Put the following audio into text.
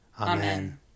Amen